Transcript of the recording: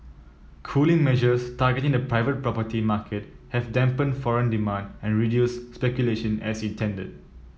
cooling measures targeting the private property market have dampened foreign demand and reduced speculation as intended